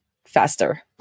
Faster